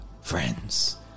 friends